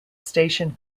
station